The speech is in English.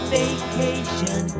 vacation